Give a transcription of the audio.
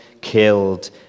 killed